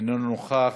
איננו נוכח.